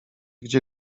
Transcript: gdzie